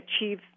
achieve